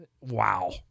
Wow